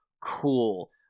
cool